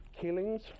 Killings